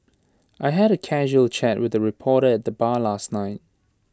I had A casual chat with A reporter at the bar last night